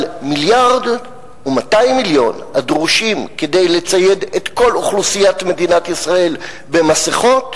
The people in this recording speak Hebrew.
אבל 1.2 מיליארד הדרושים כדי לצייד את כל אוכלוסיית מדינת ישראל במסכות,